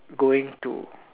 going to